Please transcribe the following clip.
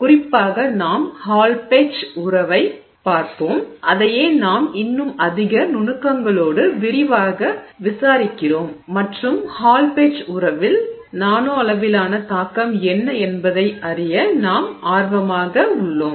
குறிப்பாக நாம் Hall Petch உறவைப் பார்ப்போம் அதையே நாம் இன்னும் அதிக நுணுக்கங்களோடு விரிவாக விசாரிக்கிறோம் மற்றும் ஹால் பெட்ச் உறவில் நானோ அளவிலான தாக்கம் என்ன என்பதை அறிய நாம் ஆர்வமாக உள்ளோம்